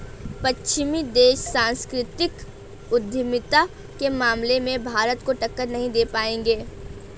पश्चिमी देश सांस्कृतिक उद्यमिता के मामले में भारत को टक्कर नहीं दे पाएंगे